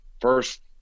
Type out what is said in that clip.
first